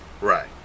Right